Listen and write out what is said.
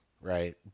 right